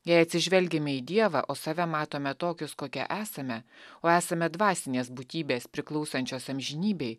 jei atsižvelgiame į dievą o save matome tokius kokie esame o esame dvasinės būtybės priklausančios amžinybei